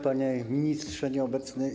Panie Ministrze Nieobecny!